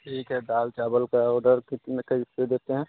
ठीक है दाल चावल का उधर कितने कैसे देते हैं